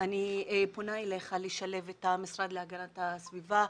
אני פונה אליך לשלב את המשרד להגנת הסביבה,